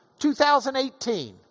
2018